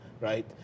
right